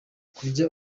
kurya